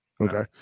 Okay